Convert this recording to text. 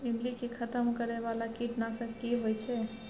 ईमली के खतम करैय बाला कीट नासक की होय छै?